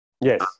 yes